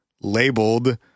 labeled